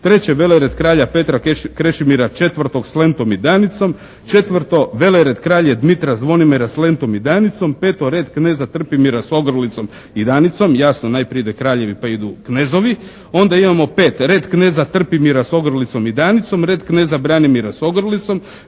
Treće, velered Kralja Petra Krešimira IV s lentom i Danicom. Četvrto, velered Kralja Dmitra Zvonimira s lentom i Danicom. Peto, red Kneza Trpimira s ogrlicom i Danicom. Jasno, najprije idu kraljevi pa idu knezovi. Onda imamo 5. red Kneza Trpimira s ogrlicom i Danicom, red Kneza Branimira s ogrlicom,